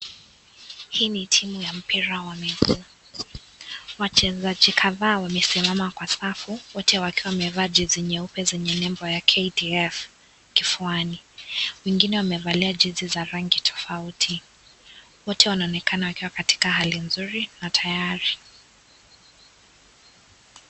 Hii ni timu ya mpira wa miguu wachezaji kadhaa wamesimama kwa safu wote wakiwa wamevaa jesi nyeupe zenye nembo ya KDF kifuani wengine wamevalia jesi za rangi tofauti wote wanaonekana wakiwa katika hali nzuri na tayari.